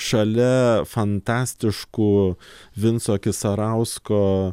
šalia fantastiškų vinco kisarausko